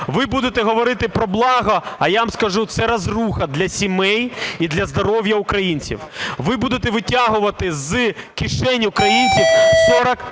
Ви будете говорити про блага. А я вам скажу, це розруха для сімей і для здоров'я українців. Ви будете витягувати з кишень українців 40